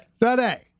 today